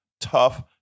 tough